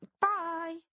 Bye